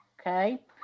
okay